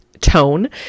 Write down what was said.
tone